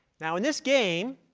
now, in this game,